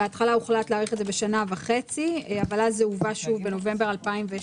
להאריך בשנה וחצי אבל אז זה הובא שוב בנובמבר 2018